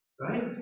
Right